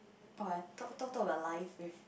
oh I thought thought thought life with